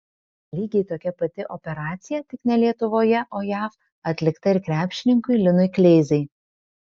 lygiai tokia pati operacija tik ne lietuvoje o jav atlikta ir krepšininkui linui kleizai